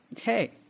hey